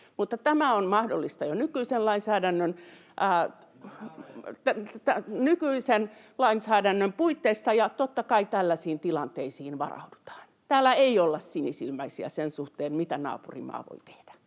Tämä on mahdollista jo nykyisen lainsäädännön puitteissa, ja totta kai tällaisiin tilanteisiin varaudutaan, täällä ei olla sinisilmäisiä sen suhteen, mitä naapurimaa voi tehdä.